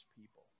people